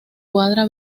cuadra